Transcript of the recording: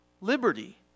Liberty